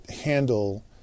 handle